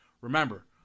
Remember